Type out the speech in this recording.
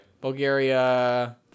Bulgaria